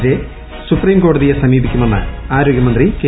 എതിരെ സുപ്രീം കോടതിയെ സമീപിക്കുമെന്ന് ആരോഗൃ മന്ത്രി കെ